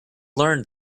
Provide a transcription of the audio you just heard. learned